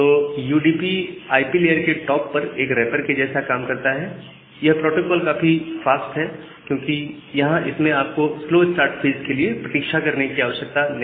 तो U DP IP layer के top पर एक रैपर के जैसा काम करता है यह प्रोटोकॉल काफी फास्ट है क्योंकि यहां इसमें आपको स्लो स्टार्ट फेज के लिए प्रतीक्षा करने की आवश्यकता नहीं